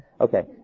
Okay